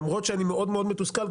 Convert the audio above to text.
למרות שאני מאוד מאוד מתוסכל,